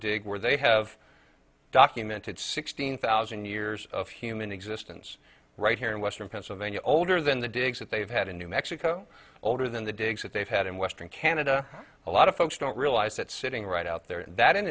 dig where they have documented sixteen thousand years of human existence right here in western pennsylvania older than the digs that they've had in new mexico older than the digs that they've had in western canada a lot of folks don't realize that sitting right out there that in